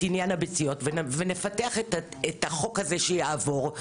עניין הביציות ונפתח את החוק הזה שיעבור.